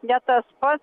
ne tas pats